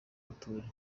atuye